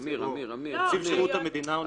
לממשלה ונציגו, נציב שירות המדינה ונציגו.